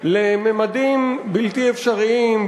לממדים בלתי אפשריים,